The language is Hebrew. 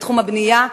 בתחום הבנייה.